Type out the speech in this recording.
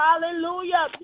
hallelujah